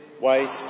waste